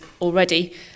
already